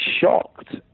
shocked